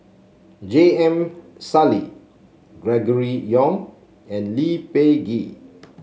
J M Sali Gregory Yong and Lee Peh Gee